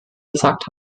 gesagt